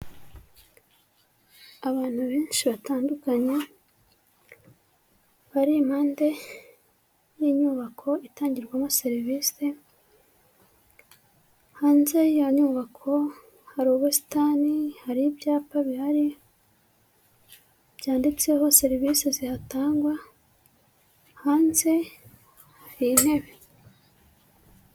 Abantu benshi batandukanye bari impande y'inyubako itangirwamo serivisi. Hanze y'iyo nyubako hari ubusitani, hari ibyapa bihari, byanditseho serivisi zihatangwa. Hanze hari intebe.